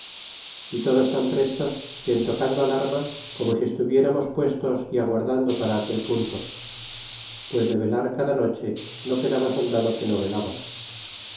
y todos tan prestos que en tocando al arma como si estuviéramos puestos é aguardando para aquel punto pues de velar cada noche no quedaba soldado que no velaba